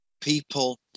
People